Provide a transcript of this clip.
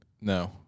No